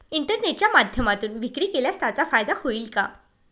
इंटरनेटच्या माध्यमातून विक्री केल्यास त्याचा फायदा होईल का?